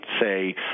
say